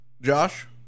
Josh